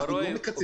אנחנו לא מקצצים.